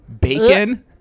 bacon